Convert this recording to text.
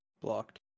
Blocked